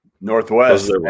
Northwest